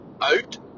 out